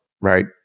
right